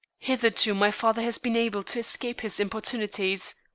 hitherto my father has been able to escape his importunities,